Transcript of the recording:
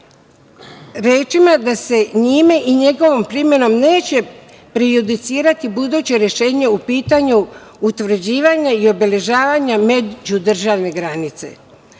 rečima da se njime i njegovom primenom neće prejudicirati buduće rešenje u pitanju utvrđivanja i obeležavanja međudržavne granice.